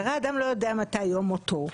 והרי אדם לא יודע מתי יום מותו?